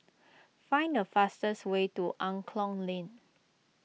find the fastest way to Angklong Lane